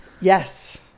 yes